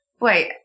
Wait